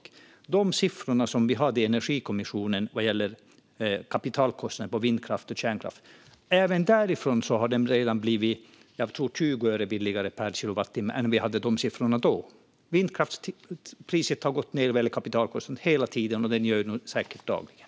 Även jämfört med de siffror vi hade i Energikommissionen gällande kapitalkostnad för vindkraft och kärnkraft har det redan blivit, tror jag, 20 öre billigare per kilowattimme. Kapitalkostnaden för vindkraft har hela tiden gått ned och gör det säkert dagligen.